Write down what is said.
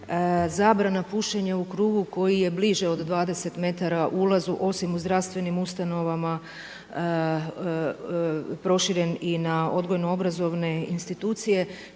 zabrana pušenja u krugu koji je bliže od 20 m ulazu osim u zdravstvenim ustanovama proširen i na odgojno-obrazovne institucije.